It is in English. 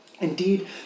Indeed